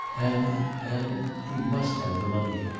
and and he must have the money.